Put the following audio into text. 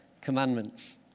commandments